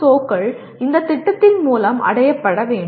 ஓக்கள் இந்த திட்டத்தின் மூலம் அடையப்பட வேண்டும்